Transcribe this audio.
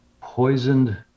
Poisoned